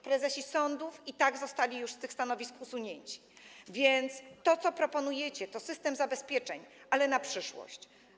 Prezesi sądów i tak zostali już usunięci z tych stanowisk, więc to, co proponujecie, to system zabezpieczeń, ale na przyszłość.